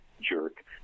jerk